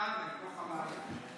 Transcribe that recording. תוך הלילה.